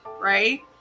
right